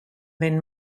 wenn